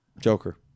Joker